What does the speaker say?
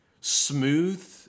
smooth